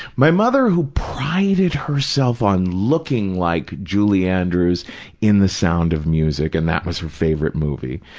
my mother, who prided herself on looking like julie andrews in the sound of music and that was her favorite movie,